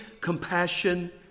compassion